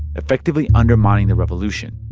effectively undermining the revolution.